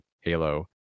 Halo